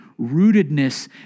rootedness